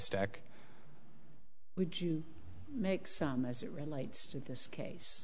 stack would you make some as it relates to this case